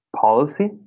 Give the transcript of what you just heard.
policy